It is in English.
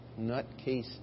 nutcase